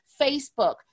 Facebook